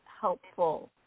helpful